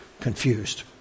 confused